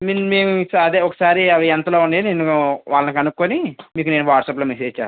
మేము అదే ఒకసారి అవి ఎంతలో ఉన్నాయని మేము వారిని కనుక్కొని నేను మీకు వాట్సాప్లో మెసేజ్ చేస్తాను